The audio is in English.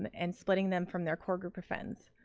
um and splitting them from their core group of friends.